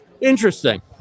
Interesting